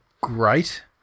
great